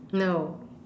no